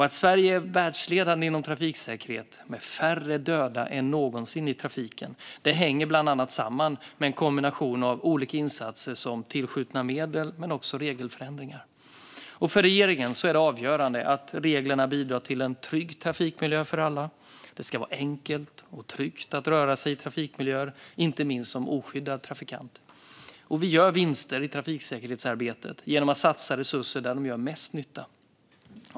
Att Sverige är världsledande inom trafiksäkerhet, med färre döda än någonsin i trafiken, hänger bland annat samman med en kombination av olika insatser som tillskjutna medel och regelförändringar. För regeringen är det avgörande att reglerna bidrar till en trygg trafikmiljö för alla. Det ska vara enkelt och tryggt att röra sig i trafikmiljöer, inte minst som oskyddad trafikant. Vi gör vinster i trafiksäkerhetsarbetet genom att satsa resurser där de gör mest nytta.